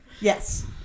Yes